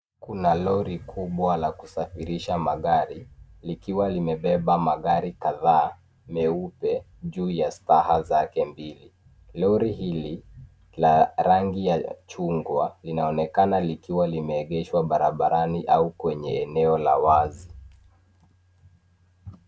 Kuna lori kubwa la kusafirisha magari, likiwa limebeba magari kadhaa meupe juu ya staha zake mbili. Lori hili la rangi ya chungwa linaonekana likiwa limeegeshwa barabarani au kwenye eneo la wazi.